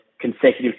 consecutive